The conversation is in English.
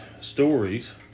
stories